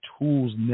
tools